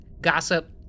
gossip